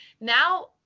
now